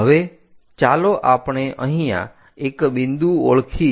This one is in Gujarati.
હવે ચાલો આપણે અહીંયા એક બિંદુ ઓળખીએ